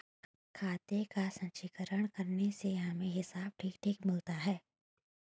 खाते का संचीकरण करने से हमें हिसाब ठीक ठीक मिलता है